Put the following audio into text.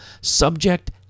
Subject